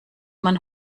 man